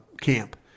camp